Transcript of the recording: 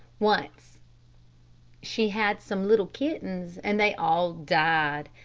once she had some little kittens and they all died.